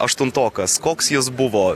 aštuntokas koks jis buvo